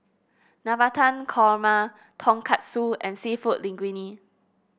Navratan Korma Tonkatsu and seafood Linguine